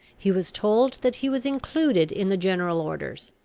he was told that he was included in the general orders.